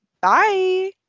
bye